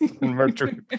Mercury